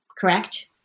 Correct